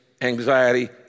anxiety